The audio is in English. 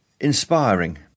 inspiring